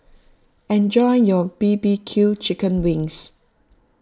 enjoy your B B Q Chicken Wings